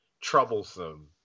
troublesome